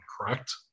correct